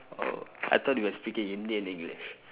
oh I thought you were talking indian english